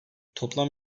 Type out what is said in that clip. toplam